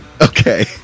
okay